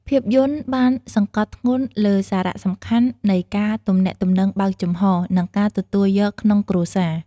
ភាពយន្តបានសង្កត់ធ្ងន់លើសារៈសំខាន់នៃការទំនាក់ទំនងបើកចំហ និងការទទួលយកក្នុងគ្រួសារ។